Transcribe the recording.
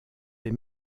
des